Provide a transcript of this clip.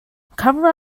cover